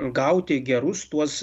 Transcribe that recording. gauti gerus tuos